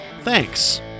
Thanks